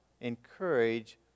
encourage